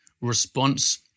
response